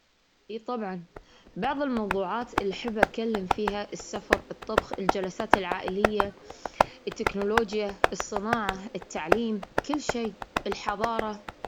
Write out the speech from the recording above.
أي، طبعا، بعض الموضوعات اللي أحب أتكلم فيها: السفر، الطبخ، الجلسات العائلية، التكنولوجيا، الصناعة، التعليم، كل شيء، الحضارة.